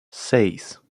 seis